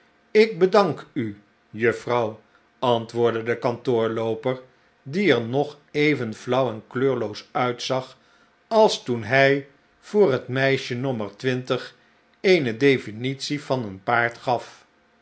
ik bedank u juffrouw antwoordde de kantoorlooper die er nog even flauw en kleurloos uitzag als toen hij voor het meisje nommer twintig eene definitie van een paard gaf